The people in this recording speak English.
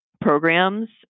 Programs